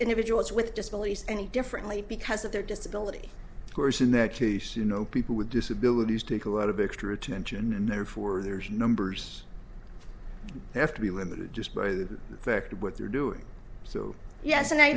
individuals with disabilities any differently because of their disability course in that case you know people with disabilities take a lot of extra attention and therefore there's numbers they have to be limited just by the fact of what they're doing so ye